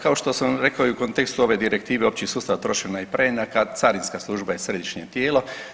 Kao što sam rekao i u kontekstu ove direktive općih sustava trošenja i preinaka Carinska služba je središnje tijelo.